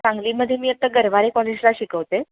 सांगलीमध्ये मी आत्ता गरवारे कॉलेजला शिकवते